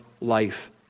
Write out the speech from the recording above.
life